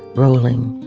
rolling,